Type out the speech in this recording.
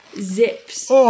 zips